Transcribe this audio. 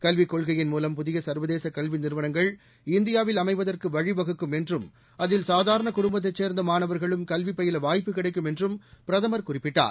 கல்விக் கொள்கையின் மூலம் புதிய சா்வதேச கல்வி நிறுவனங்கள் இந்தியாவில் அமைவதற்கு வழிவகுக்கும் என்றும் அதில் சாதாரண குடும்பத்தைச் சேர்ந்த மாணவா்களும் கல்வி பயில வாய்ப்பு கிடைக்கும் என்றம் பிரதமர் கூறினார்